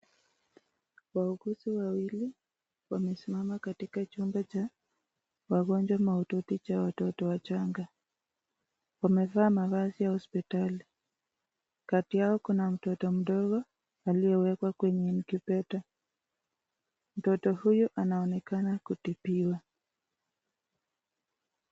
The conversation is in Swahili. Wauguzi wawili wamesimama katika chumba cha wagonjwa mahututi cha watoto wachanga, wamevaa mavazi ya hosiptali, kati yao kuna mtoto mdogo aliyewekwa kwenye incubator ,mtoto huyo anaonekana kutibiwa.